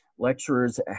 lecturers